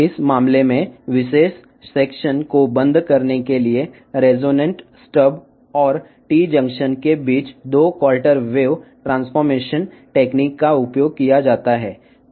ఈ సందర్భంలో OFF చేయటానికి ఒక నిర్దిష్ట విభాగం 2 క్వార్టర్ వేవ్ ట్రాన్స్ఫర్మేషన్ టెక్నిక్ను రెసొనెన్స్ స్టబ్ మరియు టి జంక్షన్ మధ్య ఉపయోగించబడుతుంది